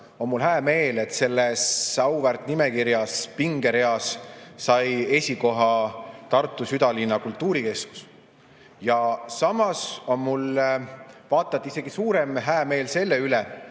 on mul hää meel, et selles auväärt nimekirjas sai pingereas esikoha Tartu südalinna kultuurikeskus. Samas on mul vaata et isegi suurem häämeel selle üle,